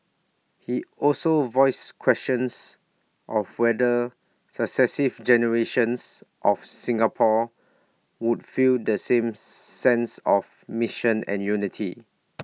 he also voiced questions of whether successive generations of Singapore would feel the same sense of mission and unity